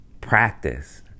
practice